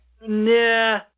Nah